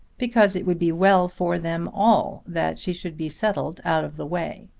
because it would be well for them all that she should be settled out of the way.